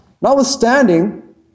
notwithstanding